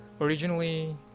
originally